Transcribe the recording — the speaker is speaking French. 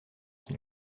qui